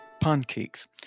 Pancakes